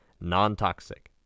non-toxic